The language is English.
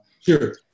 Sure